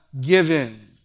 given